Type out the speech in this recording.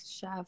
chef